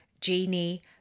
Genie